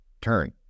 turn